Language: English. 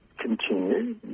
continue